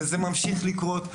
וזה ממשיך לקרות.